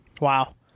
Wow